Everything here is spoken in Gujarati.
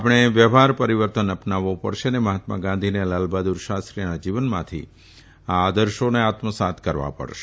આપણો વ્યવહાર પરિવર્તન અપનાવવો પડશે અને મહાત્મા ગાંધી અને લાલબહાદુર શાસ્ત્રીના જીવનમાંથી આ આદર્શોને આત્મસાત કરવા પડશે